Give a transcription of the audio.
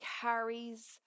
carries